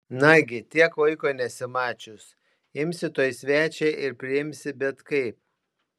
nagi tiek laiko nesimačius imsi tuoj svečią ir priimsi bet kaip